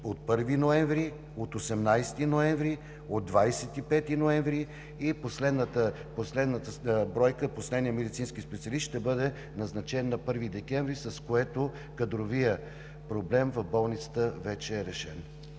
от 1 ноември, от 18 ноември, от 25 ноември и последната бройка, последният медицински специалист ще бъде назначен на 1 декември, с което кадровият проблем в Болницата вече е решен.